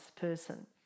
person